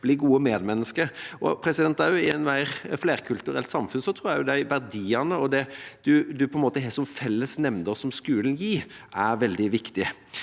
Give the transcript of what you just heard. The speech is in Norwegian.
bli gode medmennesker. I et mer flerkulturelt samfunn tror jeg de verdiene og det en på en måte har som fellesnevner, og som skolen gir, er veldig viktig.